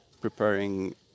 preparing